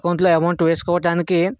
అకౌంట్లో అమౌంట్ వేసుకోవడానికి